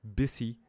busy